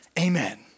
amen